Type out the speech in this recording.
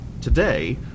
today